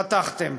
חתכתם.